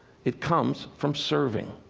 it comes from serving.